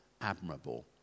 admirable